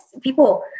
people